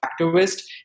activist